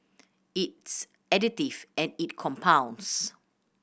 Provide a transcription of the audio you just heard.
it's additive and it compounds